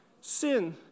Sin